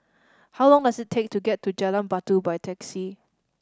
how long does it take to get to Jalan Batu by taxi